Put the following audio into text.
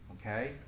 okay